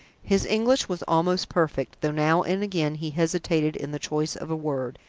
his english was almost perfect, though now and again he hesitated in the choice of a word,